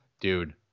dude